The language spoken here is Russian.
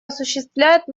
осуществляет